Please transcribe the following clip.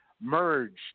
merged